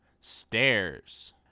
Stairs